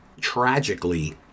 tragically